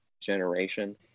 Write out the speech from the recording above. generation